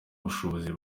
bushobozi